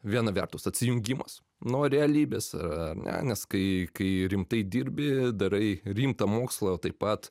viena vertus atsijungimas nuo realybės ar ne nes kai kai rimtai dirbi darai rimtą mokslą taip pat